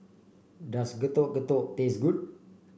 does Getuk Getuk taste good